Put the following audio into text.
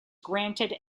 granted